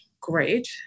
great